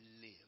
live